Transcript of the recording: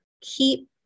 keep